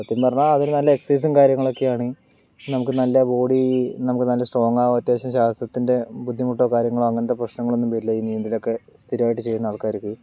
സത്യം പറഞ്ഞാൽ അതൊരു നല്ല എക്സൈസും കാര്യങ്ങളൊക്കെയാണ് നമുക്ക് നല്ല ബോഡി നമുക്ക് നല്ല സ്ട്രോങ്ങാവും അത്യാവശ്യം ശ്വാസത്തിൻ്റെ ബുദ്ധിമുട്ടോ കാര്യങ്ങളോ അങ്ങനത്തെ പ്രശ്നങ്ങളൊന്നും വരില്ല ഈ നീന്തലൊക്കെ സ്ഥിരായിട്ട് ചെയുന്ന ആൾക്കാർക്ക്